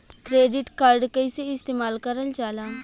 Credit card कईसे इस्तेमाल करल जाला?